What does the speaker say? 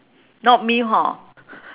not me hor